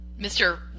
Mr